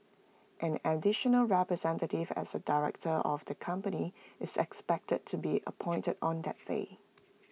an additional representative as A director of the company is expected to be appointed on that day